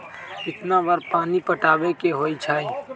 कितना बार पानी पटावे के होई छाई?